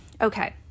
Okay